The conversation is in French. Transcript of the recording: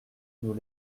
nous